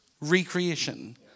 recreation